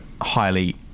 highly